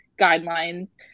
guidelines